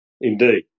Indeed